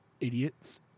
idiots